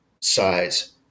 size